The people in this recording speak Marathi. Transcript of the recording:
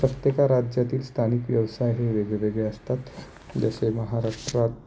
प्रत्येक राज्यातील स्थानिक व्यवसाय हे वेगळे वेगळे असतात जसे महाराष्ट्रात